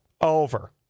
over